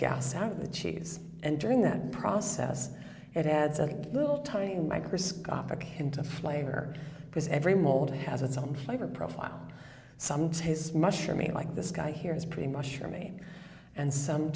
gas out of the cheese and during that process it adds a little tiny microscopic into flavor because every mold has its own flavor profile some say his mushroomy like this guy here is pretty much for me and some